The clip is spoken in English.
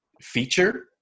feature